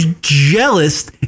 jealous